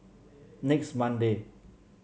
next Monday